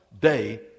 day